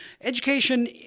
education